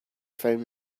found